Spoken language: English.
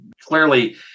clearly